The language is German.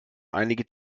einige